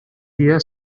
dia